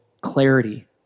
clarity